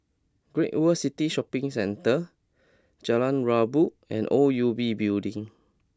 Great World City Shopping Centre Jalan Rabu and O U B Building